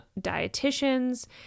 dietitians